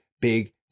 big